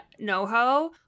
NoHo